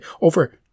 over